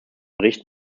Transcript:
bericht